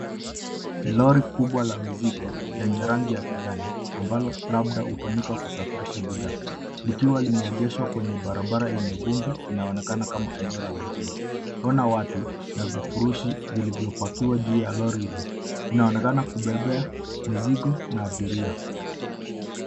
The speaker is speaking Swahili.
Lori kubwa la mizigo lenye yangi ya kijani ambalo labda hutumika kusafirisha bidhaa likiwa limeegeshwa kwenye barabara yenye vumbi inaonekana kama eneo la mjini. Kuna watu na vifurushi vilivyopakiwa juu ya lori hilo, inaonekana kubebea mizigo na abiria.